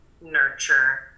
nurture